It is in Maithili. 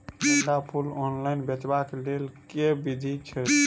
गेंदा फूल ऑनलाइन बेचबाक केँ लेल केँ विधि छैय?